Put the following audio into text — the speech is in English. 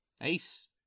Ace